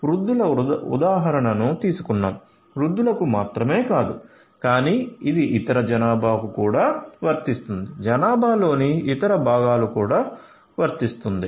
మనం వృద్ధుల ఉదాహరణను తీసుకున్నాo వృద్ధులకు మాత్రమే కాదు కానీ ఇది ఇతర జనాభాకు కూడా వర్తిస్తుంది జనాభాలోని ఇతర భాగాలు కూడా వర్తిస్తుంది